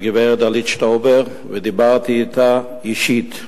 גברת דלית שטאובר, ודיברתי אתה אישית,